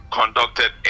conducted